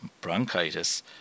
Bronchitis